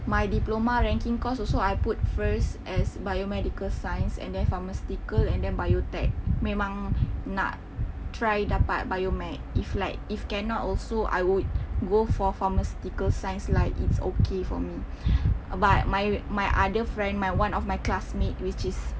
my diploma ranking course also I put first as biomedical science and pharmaceutical and biotech memang nak try dapat biomed if like if cannot also I would go for pharmaceutical science like it's okay for me but my my other friend my one of my classmates which is